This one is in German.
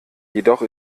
jedoch